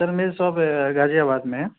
سر میری shop Ghaziabad میں ہے